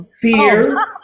fear